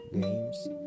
Games